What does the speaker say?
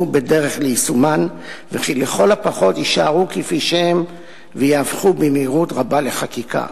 בדרך ליישומן וכי לכל הפחות יישארו כפי שהן ויהפכו במהירות רבה לחקיקה".